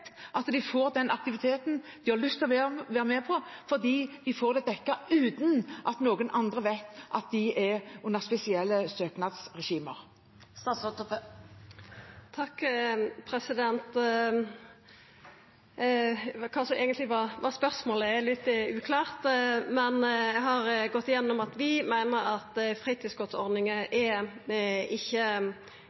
at de får den aktiviteten de har lyst til å være med på, fordi de får den dekket, uten at noen andre vet at de er under spesielle søknadsregimer. Spørsmålet er eigentleg litt uklart. Eg har gått gjennom at vi meiner at vi ikkje kan gå inn for ei nasjonal utrulling av fritidskortordninga. Vi